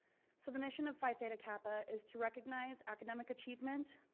so the mission of phi theta kappa is to recognize academic achievement